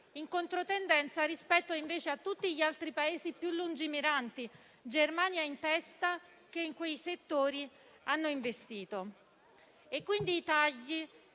in controtendenza rispetto invece a tutti gli altri Paesi più lungimiranti, Germania in testa, che in quei settori hanno investito. I tagli,